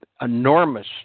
enormous